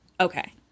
Okay